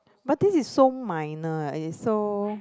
but this is so minor eh it is so